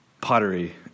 Pottery